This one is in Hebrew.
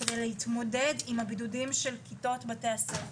כדי להתמודד עם הבידודים של כיתות בתי הספר.